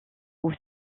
aux